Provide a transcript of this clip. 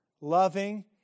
loving